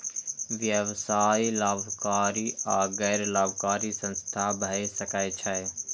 व्यवसाय लाभकारी आ गैर लाभकारी संस्था भए सकै छै